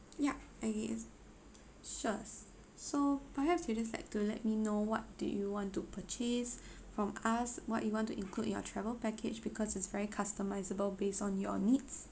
yup okay sure so perhaps you just have to let me know what did you want to purchase from us what you want to include in your travel package because it's very customisable based on your needs